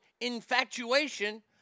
Infatuation